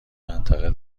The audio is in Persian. منطقه